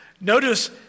notice